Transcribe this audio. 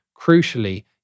Crucially